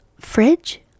fridge